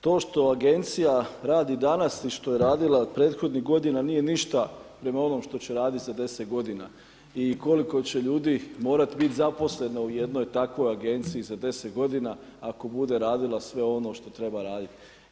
To što agencija radi danas i što je radila prethodnih godina nije ništa prema onom što će raditi za 10 godina i koliko će ljudi morati biti zaposleno u jednoj takvoj agenciji za 10 godina ako bude radila sve ono što treba raditi.